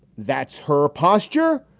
that's her posture.